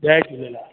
Jay Jhulelal